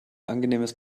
angenehmes